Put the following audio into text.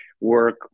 work